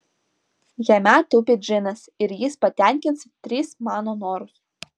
jame tupi džinas ir jis patenkins tris mano norus